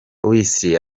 wesley